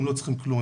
הם לא צריכים כלום,